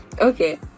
okay